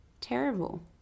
Terrible